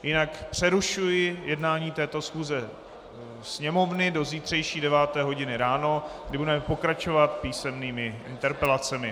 Jinak přerušuji jednání této schůze Sněmovny do zítřejší 9. hodiny ráno, kdy budeme pokračovat písemnými interpelacemi.